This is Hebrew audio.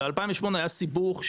ב-2008 היה סיבוך,